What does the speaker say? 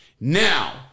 Now